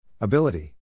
ability